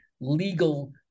legal